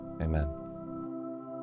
amen